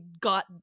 got